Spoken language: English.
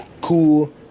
cool